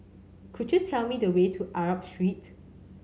could you tell me the way to Arab Street